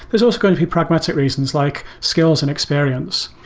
there's also going to be pragmatic reasons, like scales and experience.